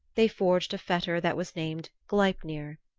they forged a fetter that was named gleipnir.